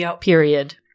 period